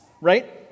right